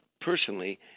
personally